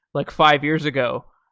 like five years ago,